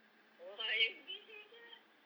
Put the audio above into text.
!wah! you busy sia